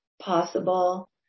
possible